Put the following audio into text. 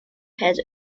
has